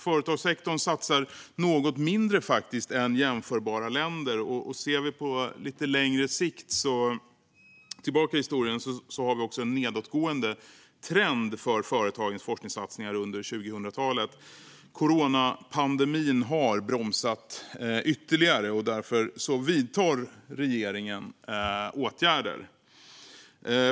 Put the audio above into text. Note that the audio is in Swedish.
Företagssektorn satsar faktiskt något mindre än jämförbara länder, och tittar vi lite längre tillbaka i historien ser vi också en nedåtgående trend för företagens forskningssatsningar under 2000-talet. Coronapandemin har bromsat ytterligare. Därför vidtar regeringen åtgärder.